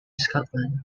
scotland